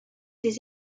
des